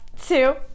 two